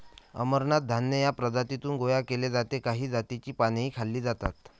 अमरनाथ धान्य या प्रजातीतून गोळा केले जाते काही जातींची पानेही खाल्ली जातात